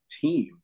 team